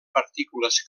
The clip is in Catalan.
partícules